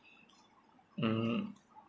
mm